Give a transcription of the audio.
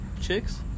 Chicks